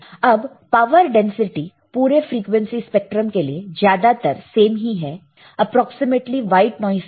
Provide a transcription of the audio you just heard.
अब power density पूरे frequency spectrum के लिए ज्यादातर सेम ही है एप्रोक्सीमेटली व्हाइट नॉइस के लिए